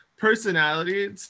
personality